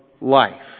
life